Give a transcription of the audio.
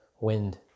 wind